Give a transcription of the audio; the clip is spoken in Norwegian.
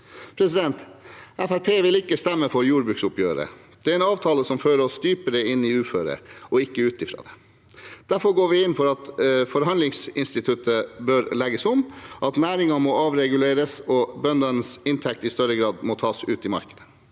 Fremskrittspartiet vil ikke stemme for jordbruksoppgjøret. Det er en avtale som fører oss dypere inn i uføre og ikke ut derifra. Derfor går vi inn for at forhandlingsinstituttet bør legges om, at næringen må avreguleres, og at bøndenes inntekter i større grad må tas ut i markedet.